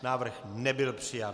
Návrh nebyl přijat.